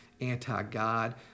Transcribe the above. anti-God